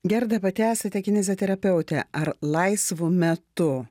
gerda pati esate kineziterapeutė ar laisvu metu